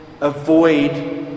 avoid